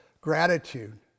gratitude